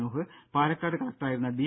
നൂഹ് പാലക്കാട് കളക്ടറായിരുന്ന ഡി